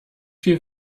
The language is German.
viel